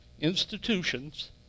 institutions